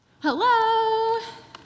Hello